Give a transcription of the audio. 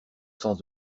sens